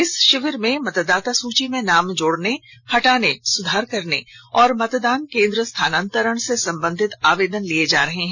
इस शिविर में मतदाता सूची में नाम जोड़ने हटाने सुधार करने और मतदान केंद्र स्थानांतरण से संबंधित आवेदन लिए जा रहे हैं